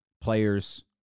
players